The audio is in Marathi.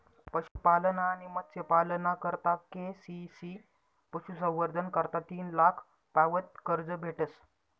पशुपालन आणि मत्स्यपालना करता के.सी.सी पशुसंवर्धन करता तीन लाख पावत कर्ज भेटस